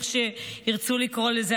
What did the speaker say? איך שירצו לקרוא לזה.